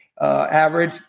average